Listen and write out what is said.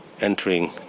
entering